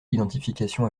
l’identification